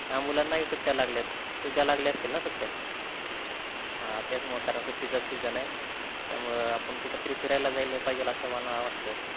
हां मुलांनाही सुट्ट्या लागल्यात तुझ्या लागल्या असतील ना सुट्ट्या हां त्याचमुळे कारण सुट्टीचं सीजन आहे त्यामुळं आपण कुठंतरी फिरायला जाईला पाहिजे असं मला वाटतं